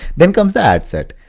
then comes the ad set.